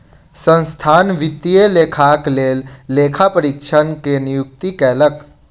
संस्थान वित्तीय लेखाक लेल लेखा परीक्षक के नियुक्ति कयलक